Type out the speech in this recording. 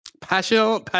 Passion